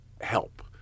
help